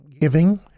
giving